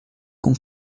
com